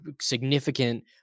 significant